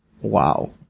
Wow